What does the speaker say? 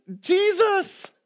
Jesus